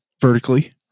vertically